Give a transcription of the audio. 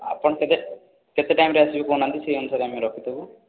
ଆପଣ ତେବେ କେତେ ଟାଇମ୍ରେ ଆସିବେ କହୁନାହାଁନ୍ତି ସେହି ଅନୁସାରେ ଆମେ ରଖିଥିବୁ